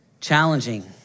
Challenging